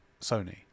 Sony